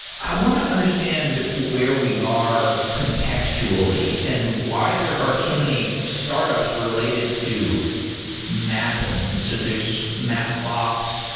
i want to understand where we are contextually and why there are so many startups related to mapping. so there's mapbox,